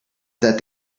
that